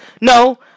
No